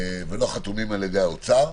ולא חתומים על ידי האוצר,